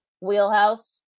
wheelhouse